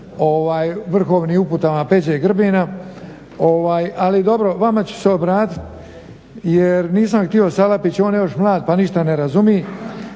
po vrhovnim uputama Peđe Grbina ali dobro, vama ću se obratiti jer nisam htio Salapiću, on je još mlad pa ništa ne razumije,